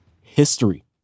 history